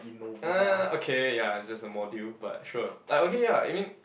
uh okay ya is just a module but sure like okay ya I mean